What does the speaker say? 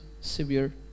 severe